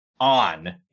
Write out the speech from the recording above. on